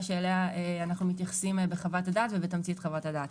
שאליה אנחנו מתייחסים בחוות הדעת ובתמצית חוות הדעת.